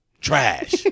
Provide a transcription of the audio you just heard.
trash